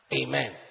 Amen